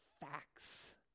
facts